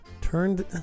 Turned